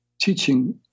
teaching